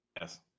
yes